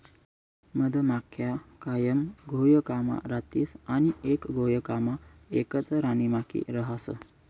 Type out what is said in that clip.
मधमाख्या कायम घोयकामा रातीस आणि एक घोयकामा एकच राणीमाखी रहास